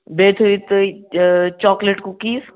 بیٚیہِ تھٲوِو تُہۍ چاکلیٹ کُکیٖز